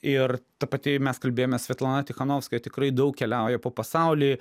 ir ta pati mes kalbėjomės svetlana tichanovskaja tikrai daug keliauja po pasaulį